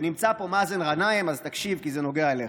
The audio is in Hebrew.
ונמצא פה מאזן גנאים, אז תקשיב, כי זה נוגע אליך.